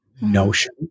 notion